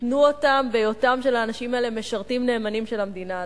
התנו זאת בהיותם של האנשים האלה משרתים נאמנים של המדינה הזאת: